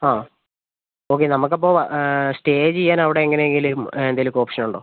ആ ഓക്കെ നമുക്ക് അപ്പോൾ സ്റ്റേ ചെയ്യാൻ അവിടെ എങ്ങനെ എങ്കിലും എന്തെങ്കിലുമൊക്കെ ഓപ്ഷൻ ഉണ്ടോ